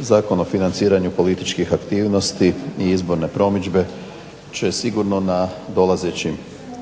Zakon o financiranju političkih aktivnosti i izborne promidžbe će sigurno na dolazećim